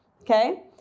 Okay